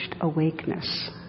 awakeness